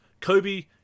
kobe